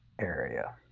area